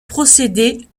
procéder